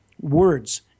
words